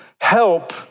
help